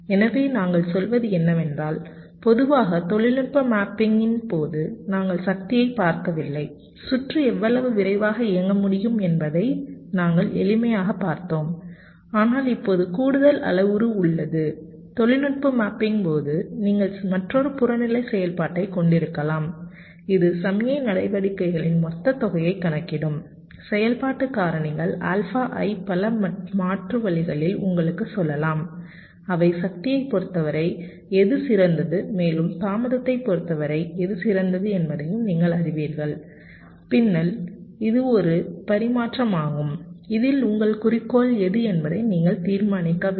எனவே நாங்கள் சொல்வது என்னவென்றால் பொதுவாக தொழில்நுட்ப மேப்பிங்கின் போது நாங்கள் சக்தியைப் பார்க்க வில்லை சுற்று எவ்வளவு விரைவாக இயங்க முடியும் என்பதை நாங்கள் எளிமையாகப் பார்த்தோம் ஆனால் இப்போது கூடுதல் அளவுரு உள்ளது தொழில்நுட்ப மேப்பிங்கின் போது நீங்கள் மற்றொரு புறநிலை செயல்பாட்டைக் கொண்டிருக்கலாம் இது சமிக்ஞை நடவடிக்கைகளின் மொத்த தொகையை கணக்கிடும் செயல்பாட்டு காரணிகள் ஆல்பா i பல மாற்று வழிகளில் உங்களுக்குச் சொல்லலாம் அவை சக்தியை பொறுத்தவரை எது சிறந்தது மேலும் தாமதத்தைப் பொறுத்தவரை எது சிறந்தது என்பதையும் நீங்கள் அறிவீர்கள் பின்னர் இது ஒரு பரிமாற்றமாகும் இதில் உங்கள் குறிக்கோள் எது என்பதை நீங்கள் தீர்மானிக்க வேண்டும்